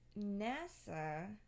NASA